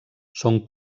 són